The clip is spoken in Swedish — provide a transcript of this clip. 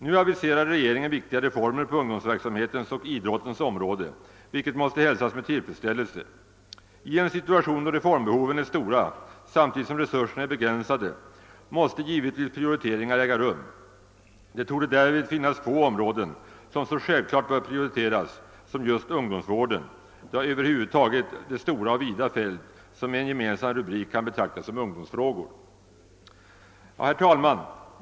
Nu aviserar regeringen viktiga reformer på ungdomsverksamhetens och idrottens områden, vilket måste hälsas med tillfredsställelse. I en situation då reformbehoven är stora samtidigt som resurserna är begränsade måste givetvis prioriteringar äga rum. Det torde därvid finnas få områden som så självklart bör prioriteras som just ungdoms vården, ja, över huvud taget det stora och vida fält som med en gemensam rubrik kan betraktas som ungdomsfrågor.